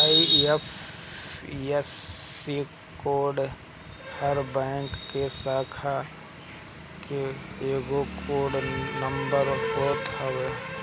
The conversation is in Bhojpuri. आई.एफ.एस.सी कोड हर बैंक के शाखा के एगो कोड नंबर होत हवे